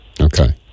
Okay